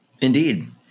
Indeed